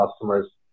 customers